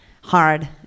hard